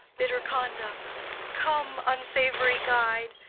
bitter conduct come, unsavoury guide!